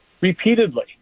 repeatedly